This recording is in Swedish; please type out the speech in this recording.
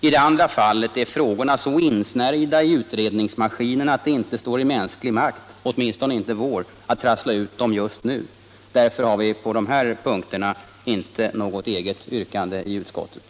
I det andra fallet är frågorna så insnärjda i utredningsmaskinen att det inte står i mänsklig makt, åtminstone inte vår, att trassla ut dem just nu. Därför har vi på dessa punkter inte något eget yrkande i utskottet.